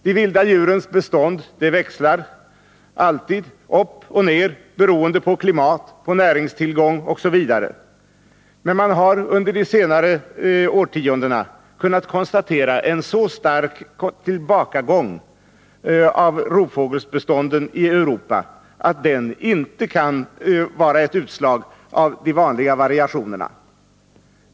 De vilda djurens bestånd växlar alltid, beroende på klimat, näringstillgång osv., men man har under de senaste årtiondena kunnat konstatera en så stark tillbakagång i rovfågelsbestånden i Europa att den inte bara kan vara ett utslag av de vanliga variationerna.